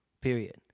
Period